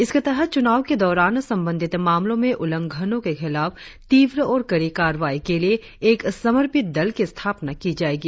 इसके तहत चुनाव के दौरान संबंधित मामलों में उल्लंघनों के खिलाफ तीव्र और कड़ी कार्रवाई के लिए एक समर्पित दल की स्थापना की जाएगी